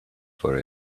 for